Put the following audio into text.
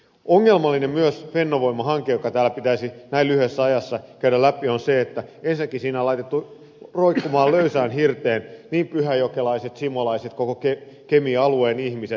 ongelmallista myös fennovoima hankkeessa joka täällä pitäisi näin lyhyessä ajassa käydä läpi on se että ensinnäkin siinä on laitettu roikkumaan löysään hirteen pyhäjokelaiset simolaiset koko kemin alueen ihmiset